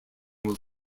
will